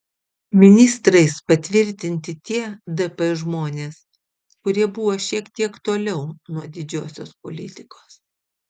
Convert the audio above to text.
ministrais patvirtinti tie dp žmonės kurie buvo šiek tiek toliau nuo didžiosios politikos